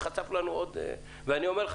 אני אלך